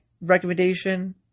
recommendation